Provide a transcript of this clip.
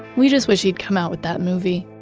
we just wish he'd come out with that movie.